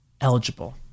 eligible